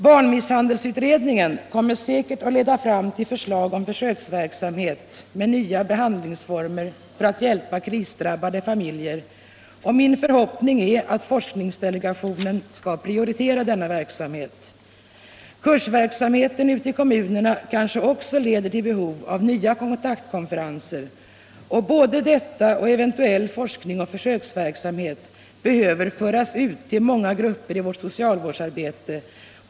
Barnmisshandelsutredningen kommer säkert att leda fram till förslag om en försöksverksamhet med nya behandlingsformer för att hjälpa krisdrabbade familjer, och min förhoppning är att forskningsdelegationen skall prioritera denna verksamhet. Kursverksamheten ute i kommunerna kanske också leder till behov av nya kontaktkonferenser, och både detta och eventuell forskning och försöksverksamhet behöver föras ut till många grupper i vårt socialvårdsarbete.